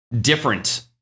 different